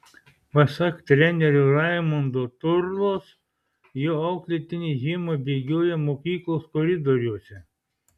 pasak trenerio raimondo turlos jo auklėtiniai žiemą bėgioja mokyklos koridoriuose